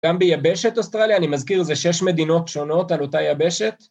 ‫גם ביבשת אוסטרליה, אני מזכיר, ‫זה שש מדינות שונות על אותה יבשת.